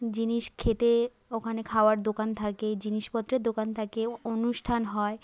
জিনিস খেতে ওখানে খাওয়ার দোকান থাকে জিনিসপত্রের দোকান থাকে অনুষ্ঠান হয়